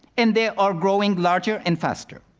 and they are growing larger and faster.